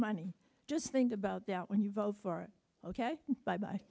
money just think about that when you vote for ok bye bye